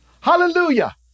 Hallelujah